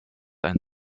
ein